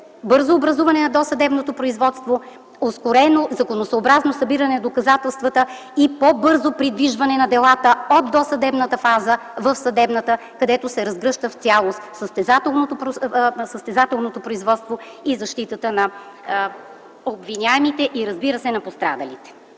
бързо образуване на досъдебното производство, ускорено, законосъобразно събиране на доказателствата и по-бързо придвижване на делата от досъдебната фаза в съдебната, където се разгръща в цялост състезателното производство и защитата на обвиняемите, и, разбира се, на пострадалите.